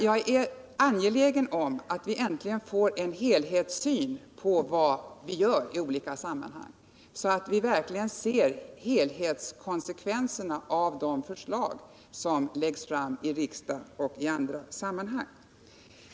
Jag är angelägen om att vi äntligen får en helhetssyn på vad vi gör i olika sammanhang, så att vi verkligen ser alla konsekvenserna av de förslag som läggs fram i riksdagen och i andra sammanhang.